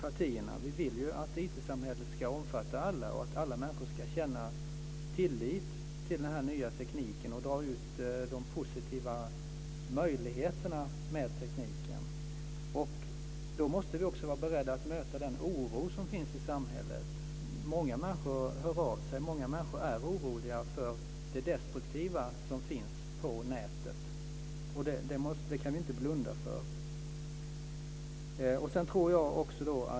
Vi vill att IT samhället ska omfatta alla och att alla människor ska känna tillit till den nya tekniken och få ut de positiva möjligheterna av den. Då måste vi också vara beredda att möta den oro som finns i samhället. Många människor hör av sig, och många människor är oroliga för det destruktiva som finns på nätet. Det kan vi inte blunda för.